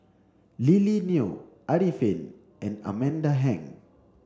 Lily Neo Arifin and Amanda Heng